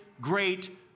great